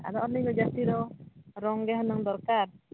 ᱟᱫᱚ ᱟᱹᱞᱤᱧ ᱫᱚ ᱡᱟᱹᱥᱛᱤ ᱫᱚ ᱨᱚᱝᱜᱮ ᱦᱩᱱᱟᱹᱝ ᱫᱚᱨᱠᱟᱨ